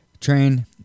train